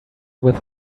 with